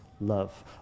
love